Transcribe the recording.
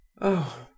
Oh